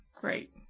great